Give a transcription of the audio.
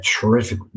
terrific